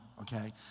okay